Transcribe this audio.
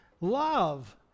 Love